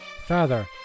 father